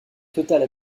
totale